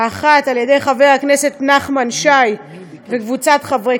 האחת על-ידי חבר הכנסת נחמן שי וקבוצת חברי